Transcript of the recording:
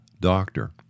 doctor